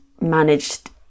managed